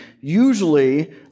usually